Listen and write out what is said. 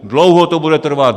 Dlouho to bude trvat.